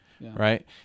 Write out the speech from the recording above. right